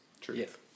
Truth